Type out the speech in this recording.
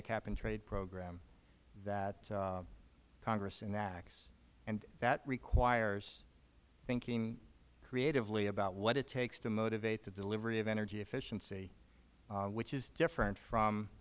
a cap and trade program that congress enacts and that requires thinking creatively about what it takes to motivate the delivery of energy efficiency which is different from